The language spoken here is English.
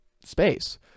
space